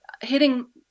hitting